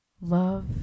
love